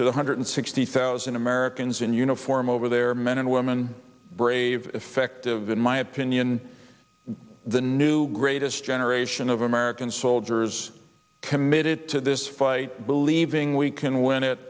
to the hundred sixty thousand americans in uniform over there men and women brave effective in my opinion the new greatest generation of american soldiers committed to this fight believing we can win it